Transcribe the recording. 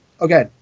Okay